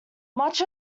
much